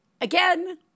again